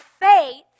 faith